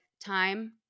time